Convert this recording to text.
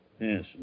yes